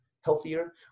healthier